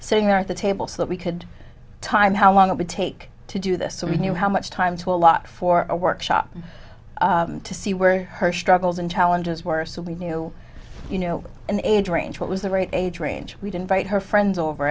sitting there at the table so that we could time how long it would take to do this so we knew how much time to a lot for a workshop to see where her struggles and challenges were so we knew you know in the age range what was the right age range we did invite her friends over